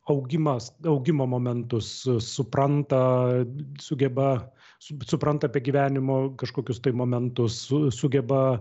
augimas augimo momentus supranta sugeba su supranta apie gyvenimo kažkokius tai momentus su sugeba